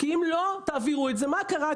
כי אם לא תעבירו את זה, מה יקרה?